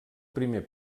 primer